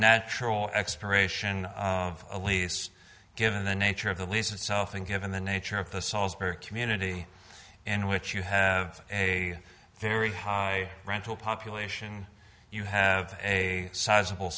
natural expiration of a lease given the nature of the lease itself and given the nature of the salzburg community in which you have a very high rental population you have a sizeable